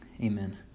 amen